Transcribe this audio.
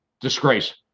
disgrace